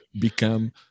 become